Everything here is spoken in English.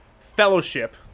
Fellowship